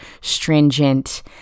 stringent